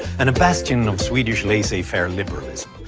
and a bastion of swedish laissez-faire liberalism.